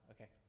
Okay